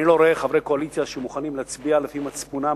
אני לא רואה חברי קואליציה שמוכנים להצביע לפי מצפונם,